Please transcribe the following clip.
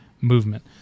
movement